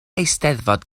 eisteddfod